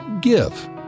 Give